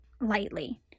lightly